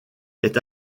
est